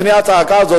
לפני הצעקה הזאת,